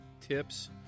tips